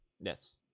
Yes